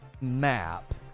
map